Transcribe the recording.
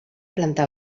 planta